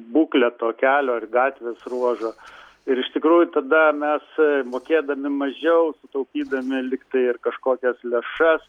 būklę to kelio ar gatvės ruožą ir iš tikrųjų tada mes mokėdami mažiau sutaupydami lygtai ir kažkokias lėšas